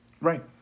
Right